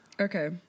Okay